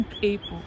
people